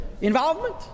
involvement